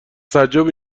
تعجبی